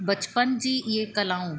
बचपन जी इहे कलाऊं